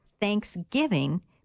Thanksgiving